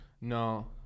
No